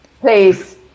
please